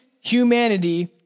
humanity